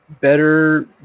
better